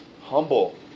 humble